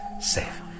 safe